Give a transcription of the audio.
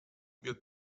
wir